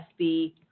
SB